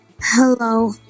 Hello